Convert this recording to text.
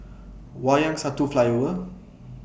Wayang Satu Flyover